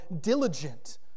diligent